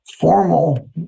formal